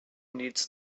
needs